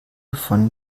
von